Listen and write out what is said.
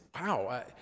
wow